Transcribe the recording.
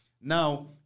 Now